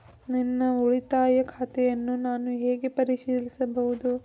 ನನ್ನ ಉಳಿತಾಯ ಖಾತೆಯನ್ನು ನಾನು ಹೇಗೆ ಪರಿಶೀಲಿಸುವುದು?